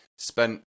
Spent